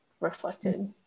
reflected